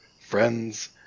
friends